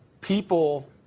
people